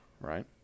right